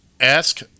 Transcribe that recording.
ask